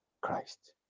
Christ